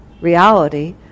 reality